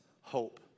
hope